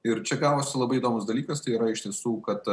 ir čia gavosi labai įdomus dalykas tai yra iš tiesų kad